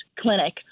clinic